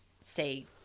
say